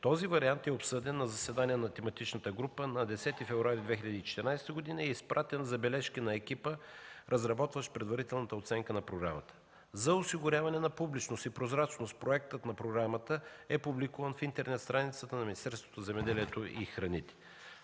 Този вариант е обсъден на заседание на тематичната група на 10 февруари 2014 г. и е изпратен за бележки на екипа, разработващ предварителната оценка на програмата. За осигуряване на публичност и прозрачност проектът на програмата е публикуван в интернет страницата на Министерството на земеделието и храните.